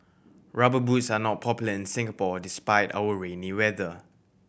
Rubber Boots are not popular in Singapore despite our rainy weather